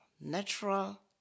natural